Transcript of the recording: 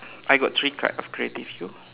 I got three card of creative you